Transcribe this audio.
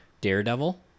Daredevil